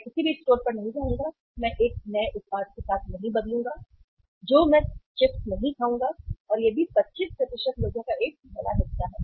मैं किसी भी स्टोर पर नहीं जाऊंगा मैं एक नए उत्पाद के साथ नहीं बदलूंगा जो मैं चिप्स नहीं खाऊंगा और यह भी 25 लोगों का एक बड़ा हिस्सा है